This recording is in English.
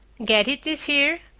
get it this year?